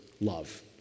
love